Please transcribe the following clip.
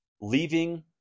leaving